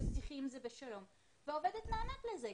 ותחיי עם זה בשלום, והעובדת נענית לזה.